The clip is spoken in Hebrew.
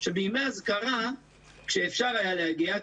שבימי אזכרה כשאפשר היה להגיע,